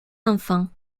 enfants